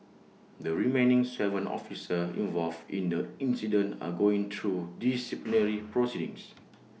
the remaining Seven officers involved in the incident are going through disciplinary proceedings